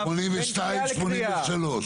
82 ו-83.